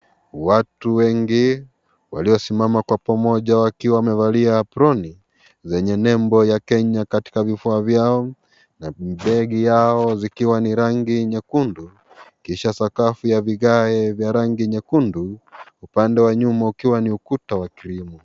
Watu wengi waliosimam kwa pamoja wakiwa wamevalia aproni zenye nembo ya Kenya katika vifua vyao na begi yao zikiwa ni za rangi nyekundu kisha sakafu ya vigae vya rangi nyekundu, upande wa nyuma ukiwa ni ukuta wa krimu.